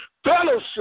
fellowship